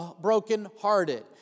brokenhearted